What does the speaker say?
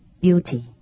beauty